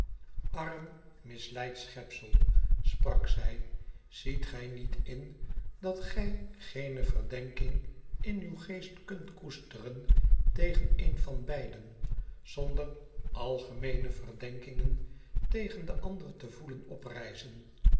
ajrm misleid schepsel sprak zij ziet gij niet in dat gij geene verdenking in uw geest kunt koesteren tegen een van beiden zonder alge meene verdenkingen tegen den ander te voelen